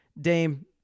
Dame